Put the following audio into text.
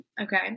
Okay